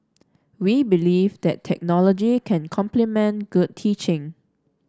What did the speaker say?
we believe that technology can complement good teaching